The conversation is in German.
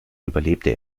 überlebte